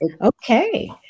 Okay